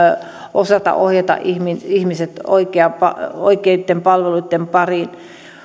osata ohjata ihmiset oikeitten palveluitten pariin